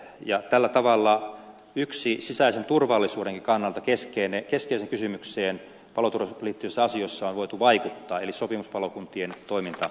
ja tällä tavalla yhteen sisäisen turvallisuudenkin kannalta keskeiseen kysymykseen paloturvallisuuteen liittyvissä asioissa on voitu vaikuttaa eli sopimuspalokuntien toimintaedellytyksiin